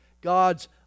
God's